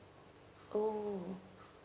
oh